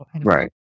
Right